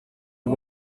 ari